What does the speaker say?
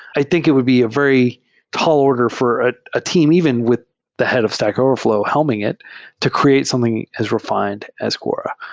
i think it would be a very tall order for ah a team even with the head of stack overflow helming it to create something as refined as quora.